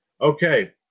Okay